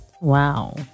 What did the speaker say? Wow